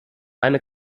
eine